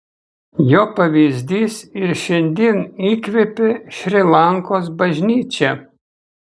jo pavyzdys ir šiandien įkvepia šri lankos bažnyčią